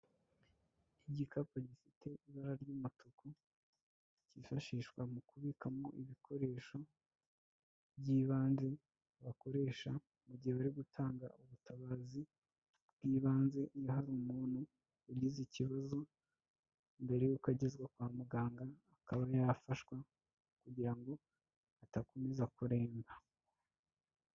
Nk'igikapu gifite ibara ry'umutuku cyifashishwa mu kubikamo ibikoresho by'ibanze bakoresha mu gihe bari gutanga ubutabazi bw'ibanze iyo hari umuntu ugize ikibazo mbere yuko agezwa kwa muganga akaba yafashwa kugira ngo adakomeza kuremba.